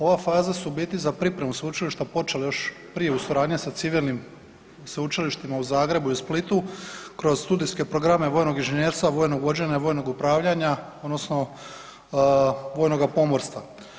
Ova faza su u biti za pripremu sveučilišta počele još prije u suradnji sa civilnim sveučilištima u Zagrebu i Splitu kroz studijske programe vojnog inženjerstva, vojnog vođenja i vojnog upravljanja, odnosno vojnoga pomorstva.